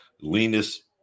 leanest